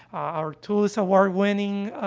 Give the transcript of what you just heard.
our tool is award winning,